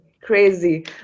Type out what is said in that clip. crazy